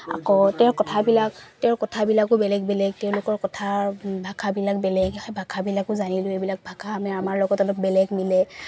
আকৌ তেওঁৰ কথাবিলাক তেওঁৰ কথাবিলাকো বেলেগ বেলেগ তেওঁলোকৰ কথাৰ ভাষাবিলাক বেলেগ ভাষাবিলাকো জানিলো এইবিলাক ভাষা আমি আমাৰ লগত অলপ বেলেগ মিলে